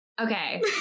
Okay